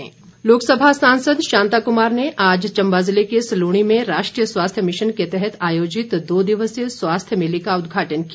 शांताकुमार लोकसभा सांसद शांताकुमार ने आज चंबा ज़िले के सलूणी में राष्ट्रीय स्वास्थ्य मिशन के तहत आयोजित दो दिवसीय स्वास्थ्य मेले का उद्घाटन किया